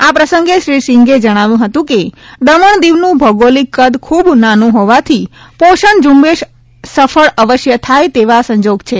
આ પ્રસંગે શ્રી સિંઘે જણાવ્યું હતું કે દમણ દિવનું ભૌગોલિક કદ ખૂબ નાનું હોવાથી પોષમ ઝૂંબેશ સફળ અવશ્ય થાય તેવા સંજોગ છે